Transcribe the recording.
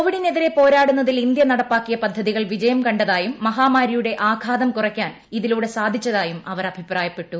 കോവിഡിനെതിരെ പോരാടുന്നതിൽ ഇന്ത്യ നടപ്പാക്കിയ പദ്ധതികൾ വിജയം കണ്ടതായും മഹാമാരിയുടെ ആഘാതം കുറയ്ക്കാൻ ഇതിലൂടെ സാധിച്ചതായും അവർ അഭിപ്രായപ്പെട്ടു